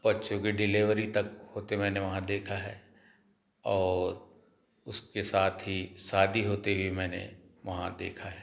बच्चो की डिलेवरी तक होते मैंने वहाँ देखा है और उसके साथ ही शादी होते हुए भी मैंने वहाँ देखा है